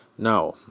Now